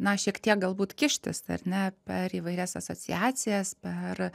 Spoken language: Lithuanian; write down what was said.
na šiek tiek galbūt kištis ar ne per įvairias asociacijas per